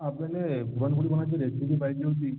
आपल्याला पुरणपोळी बनवायची रेसिपी पाहिजे होती